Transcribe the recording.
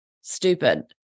stupid